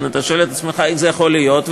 אתה שואל את עצמך איך זה יכול להיות,